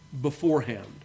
beforehand